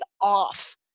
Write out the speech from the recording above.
off